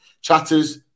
Chatters